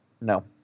No